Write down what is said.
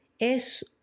es